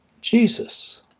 Jesus